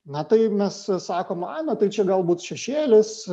na tai mes sakom a nu tai čia galbūt šešėlis